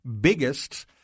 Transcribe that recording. biggest